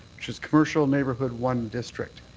which is commercial neighbourhood one district.